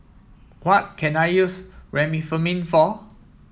what can I use Remifemin for